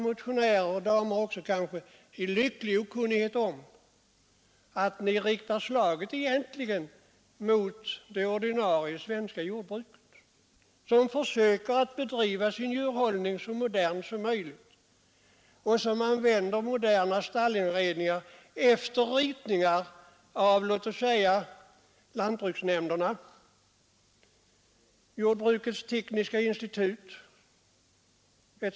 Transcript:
Motionärerna lever i lycklig okunnighet om att de egentligen riktar slaget mot det egentliga jordbruket, där man försöker ordna sin djurhållning så modernt som möjligt och inreder djurstallarna efter ritningar från t.ex. lantbruksnämnderna eller jordbrukstekniska institutet.